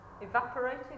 evaporating